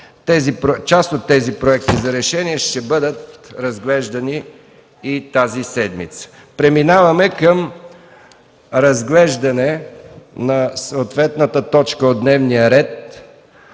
Част от тези проекти за решения ще бъдат разглеждани и тази седмица. Преминаваме към разглеждане на точка втора от дневния ред: